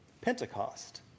Pentecost